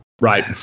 Right